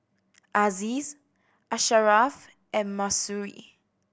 Aziz Asharaff and Mahsuri